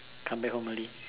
come back home early